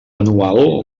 anual